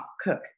Cook